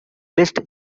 best